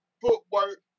footwork